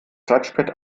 touchpad